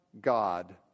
God